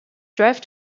drive